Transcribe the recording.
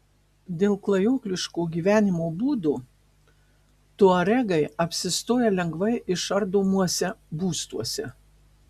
dėl klajokliško gyvenimo būdo tuaregai apsistoja lengvai išardomuose būstuose